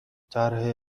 طرح